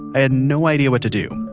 i had no idea what to do.